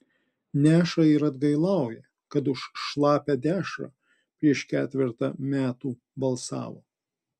neša ir atgailauja kad už šlapią dešrą prieš ketvertą metų balsavo